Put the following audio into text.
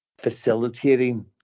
facilitating